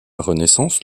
renaissance